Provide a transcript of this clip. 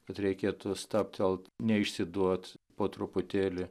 kad reikėtų stabtelt neišsiduot po truputėlį